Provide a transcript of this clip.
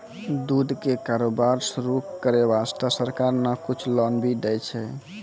दूध के कारोबार शुरू करै वास्तॅ सरकार न कुछ लोन भी दै छै